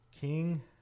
King